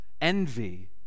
envy